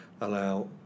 allow